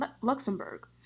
luxembourg